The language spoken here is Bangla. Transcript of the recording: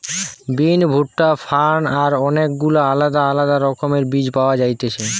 বিন, ভুট্টা, ফার্ন আর অনেক গুলা আলদা আলদা রকমের বীজ পাওয়া যায়তিছে